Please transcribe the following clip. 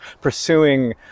pursuing